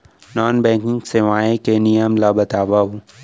Non banking सेवाएं के नियम ला बतावव?